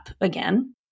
again